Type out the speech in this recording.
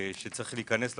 שצריך להיכנס לפטור,